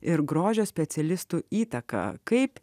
ir grožio specialistų įtaka kaip